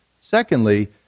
Secondly